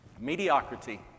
Mediocrity